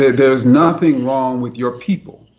there's nothing wrong with your people.